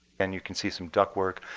and you can see some ductwork.